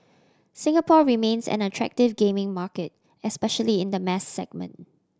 Singapore remains an attractive gaming market especially in the mass segment